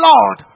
Lord